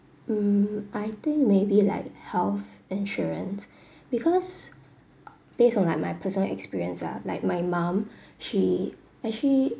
mm I think maybe like health insurance because based on like my personal experience lah like my mum she actually